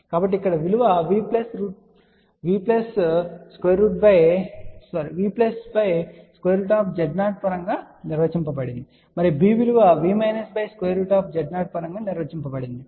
కాబట్టి ఇక్కడ a విలువ VZ0 పరంగా నిర్వచించబడింది మరియు b విలువ V Z0 పరంగా నిర్వచించబడింది